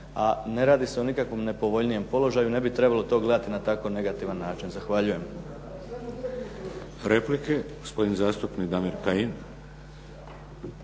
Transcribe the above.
A ne radi se o nikakvom nepovoljnijem položaju, ne bi trebalo to gledati na tako negativan način. Zahvaljujem.